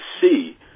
see